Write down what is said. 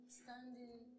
standing